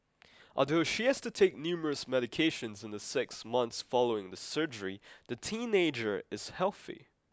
although she has to take numerous medications in the six months following the surgery the teenager is healthy